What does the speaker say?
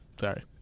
Sorry